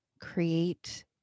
create